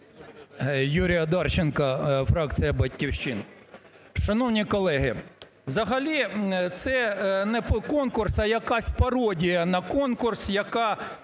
Юрій Одарченко, фракція "Батьківщина". Шановні колеги, взагалі це не конкурс, а якась пародія на конкурс, яка